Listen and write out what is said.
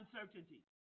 Uncertainty